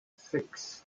six